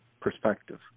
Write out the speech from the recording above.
perspective